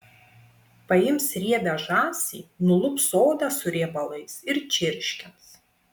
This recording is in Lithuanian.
paims riebią žąsį nulups odą su riebalais ir čirškins